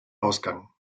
ausgang